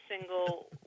single